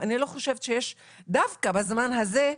אני לא חושבת שדווקא בזמן הזה,